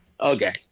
Okay